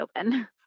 open